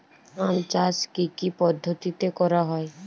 আম চাষ কি কি পদ্ধতিতে করা হয়?